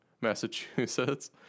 massachusetts